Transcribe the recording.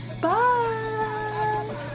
Bye